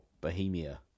Bohemia